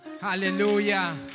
Hallelujah